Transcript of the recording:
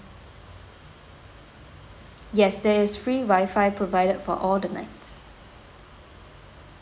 yes there is free wifi provided for all the night